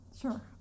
Sure